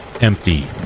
empty